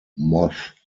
moth